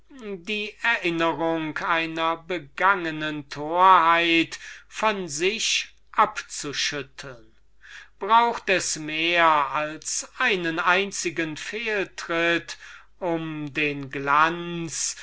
die erinnerung einer begangenen torheit von sich abzuschütteln braucht es mehr als einen einzigen fehler um den glanz